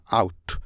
out